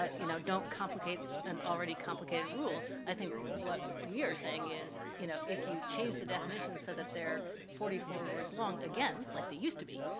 ah you know, don't complicate an already complicated rule, i think what we are saying is, you know, if you change the definition so that they're forty four words long, again, like they used to be,